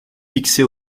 fixées